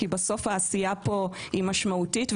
כי בסוף העשייה פה היא משמעותית,